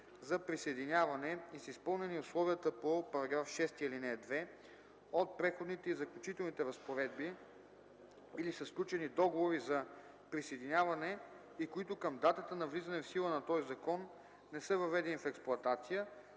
за присъединяване и са изпълнени условията по § 6, ал. 2 от Преходните и заключителните разпоредби или са сключени договори за присъединяване и които към датата на влизане в сила на този закон не са въведени в експлоатация,